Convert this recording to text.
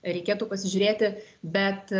reikėtų pasižiūrėti bet